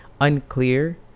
unclear